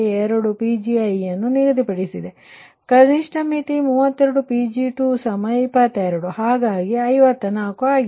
2 Pg1 ಅನ್ನು ನಿಗದಿಪಡಿಸಲಾಗಿದೆ ಕನಿಷ್ಠ ಮಿತಿ 32 Pg2 22 ಹಾಗಾಗಿ 54 ಆಗಿದೆ